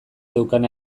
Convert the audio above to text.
zeukan